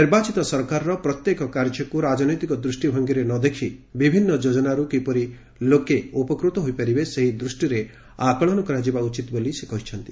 ନିର୍ବାଚିତ ସରକାରର ପ୍ରତ୍ୟେକ କାର୍ଯ୍ୟକୁ ରାଜନୈତିକ ଦୃଷ୍ଟିଭଙ୍ଗିରେ ନଦେଖି ବିଭିନୁ ଯୋଜନାରୁ କିପରି ଲୋକେ ଉପକୃତ ହୋଇପାରିବେ ସେହି ଦୃଷ୍ଟିରେ ଆକଳନ କରାଯିବା ଉଚିତ୍ ବୋଲି କହିଛନ୍ତି